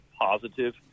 positive